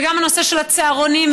וגם הנושא של הצהרונים.